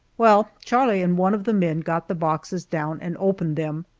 well, charlie and one of the men got the boxes down and opened them.